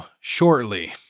shortly